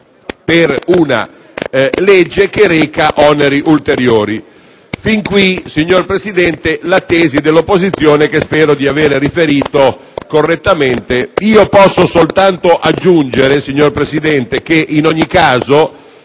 per una legge che comporta oneri ulteriori. Fin qui la tesi dell'opposizione, che spero di aver riferito correttamente. Posso soltanto aggiungere, signor Presidente, che in ogni caso